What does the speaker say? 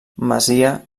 masia